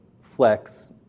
flex